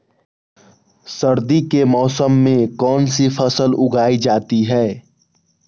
सर्दी के मौसम में कौन सी फसल उगाई जाती है?